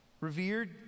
revered